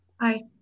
Hi